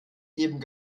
eben